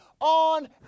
on